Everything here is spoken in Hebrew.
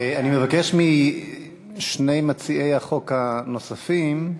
אני מבקש משני מציעי החוק הנוספים,